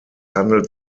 handelt